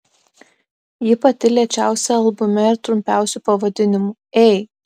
ji pati lėčiausia albume ir trumpiausiu pavadinimu ei